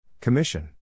Commission